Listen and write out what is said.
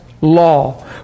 law